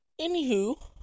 anywho